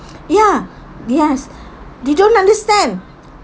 ya yes they don't understand